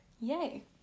Yay